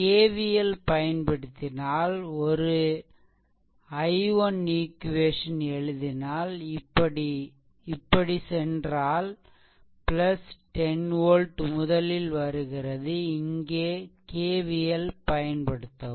KVL பயன்படுத்தினால் ஒரு i1 equation எழுதினால் இப்படி சென்றால் 10 volt முதலில் வருகிறது இங்கே KVL பயன்படுத்தவும்